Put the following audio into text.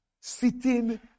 sitting